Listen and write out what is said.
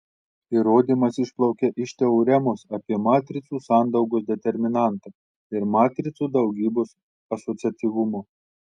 įrodymas išplaukia iš teoremos apie matricų sandaugos determinantą ir matricų daugybos asociatyvumo